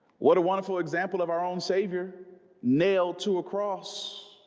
what a wonderful example of our own savior nailed to a cross